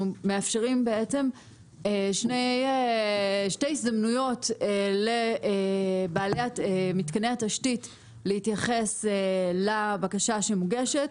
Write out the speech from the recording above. מאפשרים שתי הזדמנויות לבעלי מתקני התשתית להתייחס לבקשה שמוגשת,